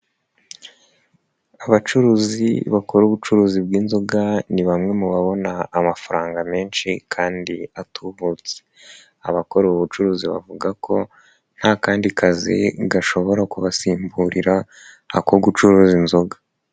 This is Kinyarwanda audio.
Abacuruzi bakora ubucuruzi bw'inzoga ni bamwe mu babona amafaranga menshi kandi atubutsa. Abakora ubu bucuruzi bavuga ko nta kandi kazi gashobora kubasimburira ako gucuruza inzoga.